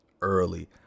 early